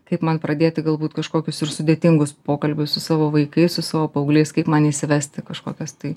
kaip man pradėti galbūt kažkokius ir sudėtingus pokalbius su savo vaikais su savo paaugliais kaip man įsivesti kažkokias tai